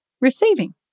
receiving